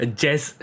jazz